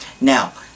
Now